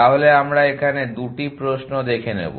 তাহলে আমরা এখানে 2 টি প্রশ্ন দেখে নেবো